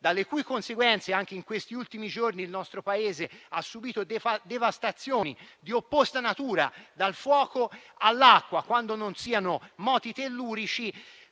dalle cui conseguenze anche in questi ultimi giorni il nostro Paese ha subìto devastazioni di opposta natura, dal fuoco all'acqua, quando non siano moti tellurici.